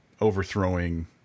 overthrowing